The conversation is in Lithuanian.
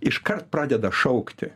iškart pradeda šaukti